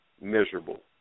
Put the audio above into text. miserable